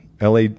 LA